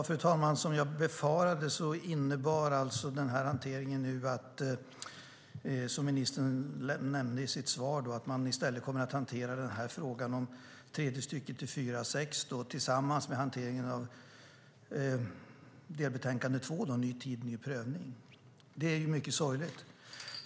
Fru talman! Som jag befarade innebär hanteringen, som ministern nämnde i sitt svar, att man kommer att hantera frågan om tredje stycket i 4 kap. 6 § tillsammans med hanteringen av delbetänkande två, Ny tid ny prövning - förslag till ändrade vattenrättsliga regler . Det är mycket sorgligt.